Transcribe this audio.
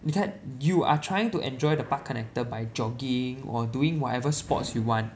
你看 you are trying to enjoy the park connector by jogging or doing whatever sports you want